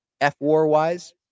F-war-wise